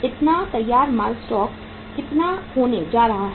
इतना तैयार माल स्टॉक कितना होने जा रहा है